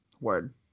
Word